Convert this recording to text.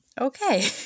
okay